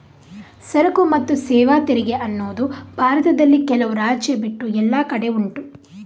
ಸರಕು ಮತ್ತು ಸೇವಾ ತೆರಿಗೆ ಅನ್ನುದು ಭಾರತದಲ್ಲಿ ಕೆಲವು ರಾಜ್ಯ ಬಿಟ್ಟು ಎಲ್ಲ ಕಡೆ ಉಂಟು